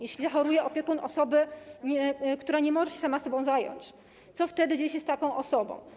Jeśli zachoruje opiekun osoby, która nie może się sama sobą zająć, co wtedy dzieje się z taką osobą?